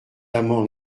amand